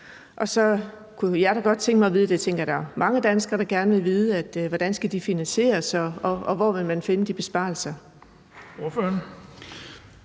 Så kunne jeg da godt tænke mig at vide – det tænker jeg at der er mange danskere der gerne vil vide – hvordan de skal finansieres, og hvor man vil finde de besparelser.